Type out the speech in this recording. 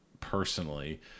personally